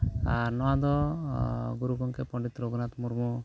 ᱟᱨ ᱱᱚᱣᱟ ᱫᱚ ᱜᱩᱨᱩ ᱜᱚᱝᱠᱮ ᱯᱚᱱᱰᱤᱛ ᱨᱚᱜᱷᱩᱱᱟᱛᱷ ᱢᱩᱨᱢᱩ